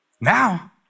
Now